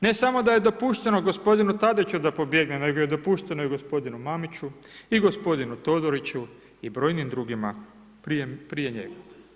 Ne samo da je dopušteno gospodinu Tadiću da pobjegne, nego je dopušteno i gospodinu Mamiću i gospodinu Todoriću i brojnim drugima prije njega.